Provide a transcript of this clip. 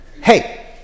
hey